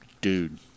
dude